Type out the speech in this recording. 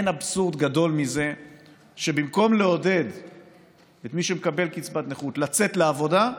אין אבסורד גדול מזה שבמקום לעודד את מי שמקבל קצבת נכות לצאת לעבודה,